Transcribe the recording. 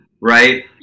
right